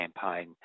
campaign